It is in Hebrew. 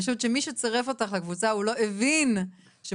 אני חושבת שמי שצירף אותך לקבוצה הוא לא הבין שבעצם